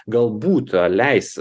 galbūt leis